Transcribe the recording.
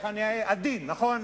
אני עדין, נכון?